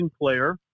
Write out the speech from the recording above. player